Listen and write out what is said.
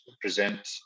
present